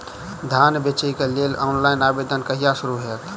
धान बेचै केँ लेल ऑनलाइन आवेदन कहिया शुरू हेतइ?